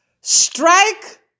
Strike